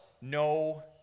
no